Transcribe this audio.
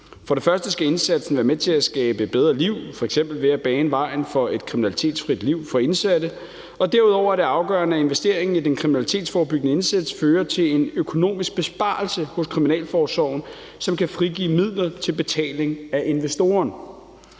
For det første skal indsatsen være med til at skabe bedre liv, f.eks. ved at bane vejen for et kriminalitetsfrit liv for indsatte, og derudover er det afgørende, at investeringen i den kriminalitetsforebyggende indsats fører til en økonomisk besparelse hos kriminalforsorgen, som kan frigive midler til betaling af investorer.